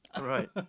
Right